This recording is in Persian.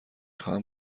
خواهم